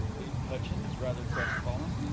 pleaded hutchins, rather crest-fallen.